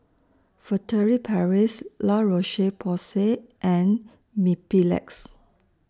Furtere Paris La Roche Porsay and Mepilex